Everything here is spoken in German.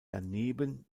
daneben